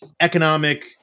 economic